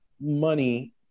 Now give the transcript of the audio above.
money